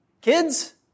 kids